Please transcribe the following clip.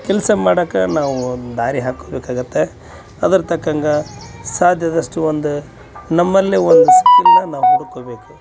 ಕೆಲಸ ಮಾಡಕ್ಕ ನಾವು ಒಂದು ದಾರಿ ಹಾಕಬೇಕಾಗುತ್ತೆ ಅದರ ತಕ್ಕಂಗೆ ಸಾಧ್ಯದಷ್ಟು ಒಂದು ನಮ್ಮಲ್ಲೇ ಒಂದು ಸ್ಪೀಡ್ನ ನಾವು ಹುಡ್ಕೋಬೇಕು